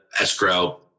escrow